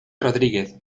rodríguez